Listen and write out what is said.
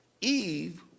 Eve